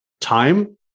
time